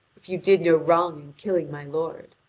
if you did no wrong in killing my lord?